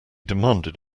demanded